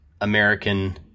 American